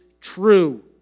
true